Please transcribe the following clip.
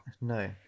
no